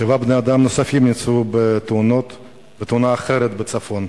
שבעה בני-אדם נוספים נפצעו בתאונה אחרת בצפון,